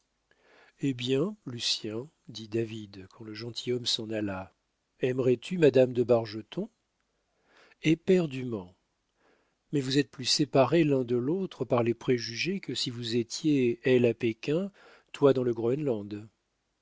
hé bien lucien dit david quand le gentilhomme s'en alla aimerais-tu madame de bargeton éperdument mais vous êtes plus séparés l'un de l'autre par les préjugés que si vous étiez elle à pékin toi dans le groenland